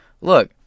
look